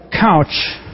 couch